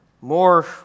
more